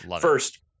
first